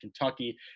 Kentucky